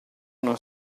non